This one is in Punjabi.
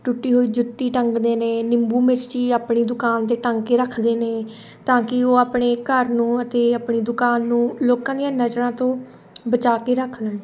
ਟੁੱਟੀ ਹੋਈ ਜੁੱਤੀ ਟੰਗਦੇ ਨੇ ਨਿੰਬੂ ਮਿਰਚੀ ਆਪਣੀ ਦੁਕਾਨ 'ਤੇ ਟੰਗ ਕੇ ਰੱਖਦੇ ਨੇ ਤਾਂ ਕਿ ਉਹ ਆਪਣੇ ਘਰ ਨੂੰ ਅਤੇ ਆਪਣੀ ਦੁਕਾਨ ਨੂੰ ਲੋਕਾਂ ਦੀਆਂ ਨਜ਼ਰਾਂ ਤੋਂ ਬਚਾ ਕੇ ਰੱਖ ਲੈਣ